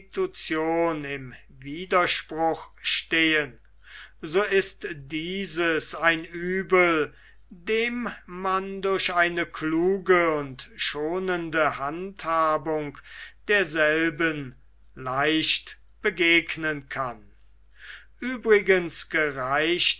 im widerspruch stehen so ist dieses ein uebel dem man durch eine kluge und schonende handhabung derselben leicht begegnen kann uebrigens gereicht